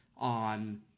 on